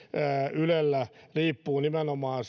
ylellä riippuu nimenomaan